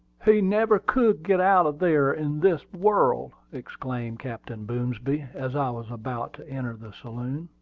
he never could get out of there in this world! exclaimed captain boomsby, as i was about to enter the saloon.